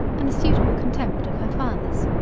and a suitable contempt of her father's.